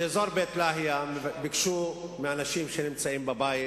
באזור בית-להיה ביקשו מאנשים שנמצאים בבית